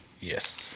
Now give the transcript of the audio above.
yes